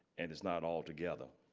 and it's not all together.